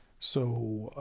so,